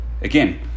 Again